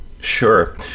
Sure